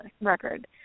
record